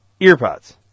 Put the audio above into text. earpods